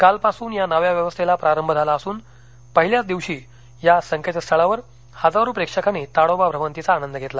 कालपासून या नव्या व्यवस्थेला प्रारंभ झाला असून पहिल्याच दिवशी या संकेतस्थळावर हजारो प्रेक्षकांनी ताडोबा भ्रमंतीचा आनंद घेतला